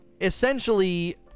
essentially